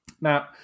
Now